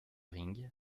ring